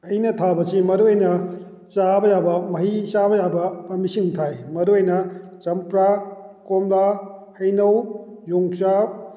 ꯑꯩꯅ ꯊꯥꯕꯁꯤ ꯃꯔꯨ ꯑꯣꯏꯅ ꯆꯥꯕ ꯌꯥꯕ ꯃꯍꯩ ꯆꯥꯕ ꯌꯥꯕ ꯄꯥꯝꯕꯤꯁꯤꯡ ꯊꯥꯏ ꯃꯔꯨ ꯑꯣꯏꯅ ꯆꯝꯄ꯭ꯔꯥ ꯀꯣꯝꯂꯥ ꯍꯩꯅꯧ ꯌꯣꯡꯆꯥꯛ